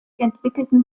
entwickelten